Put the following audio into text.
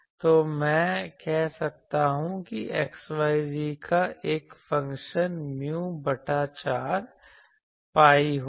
तो मैं कह सकता हूं कि xyz का एक फ़ंक्शन mu बटा 4 pi होगा